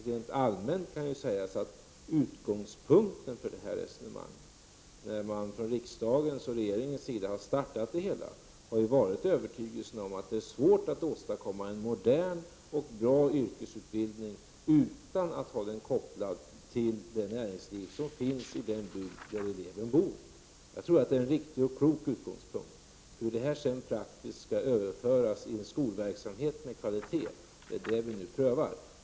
Rent allmänt kan sägas att utgångspunkten för detta resonemang, när man från riksdagens och regeringens sida startade projektet, har varit övertygelsen om att det är svårt att åstadkomma en modern och bra yrkesutbildning utan att ha den kopplad till det näringsliv som finns i den bygd där eleven bor. Jag tror att det är en riktig och klok utgångspunkt. Det är hur detta praktiskt skall överföras till en skolverksamhet med kvalitet vi nu prövar.